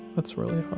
that's really